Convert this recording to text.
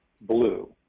blue